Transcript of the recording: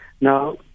Now